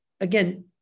again